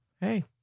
hey